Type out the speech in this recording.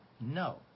No